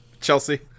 Chelsea